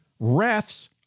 REFS